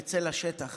נצא לשטח